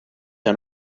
que